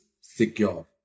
secure